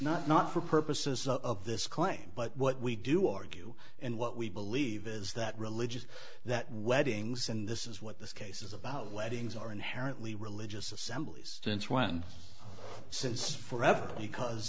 not not for purposes of this claim but what we do argue and what we believe is that religious that weddings and this is what this case is about weddings are inherently religious assemblies since when since forever because